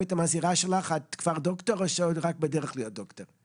אם זה שקט בהעדר כלים מוטוריים